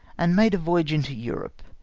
and made a voyage into europe,